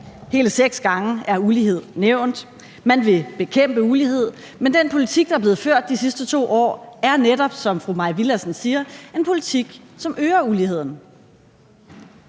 Hele seks gange er ulighed nævnt. Man vil bekæmpe ulighed, men den politik, der er blevet ført de sidste 2 år, er netop, som fru Mai Villadsen siger, en politik, som øger uligheden.